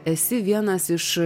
esi vienas iš